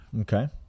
Okay